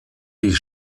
die